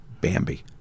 Bambi